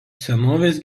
senovės